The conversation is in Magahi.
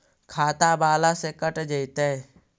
खाता बाला से कट जयतैय?